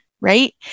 Right